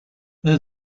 there